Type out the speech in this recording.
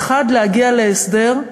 האחד, להגיע להסדר,